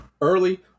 early